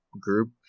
group